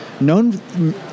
Known